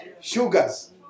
sugars